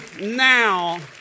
now